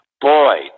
boy